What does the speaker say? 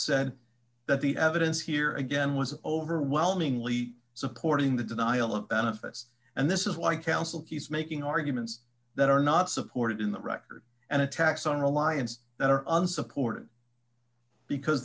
said that the evidence here again was overwhelmingly supporting the denial of benefits and this is why counsel keeps making arguments that are not supported in the record and attacks on reliance that are unsupportable because